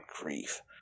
grief